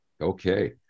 Okay